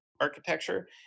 Architecture